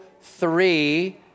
three